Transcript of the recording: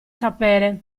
sapere